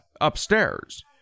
Upstairs